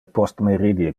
postmeridie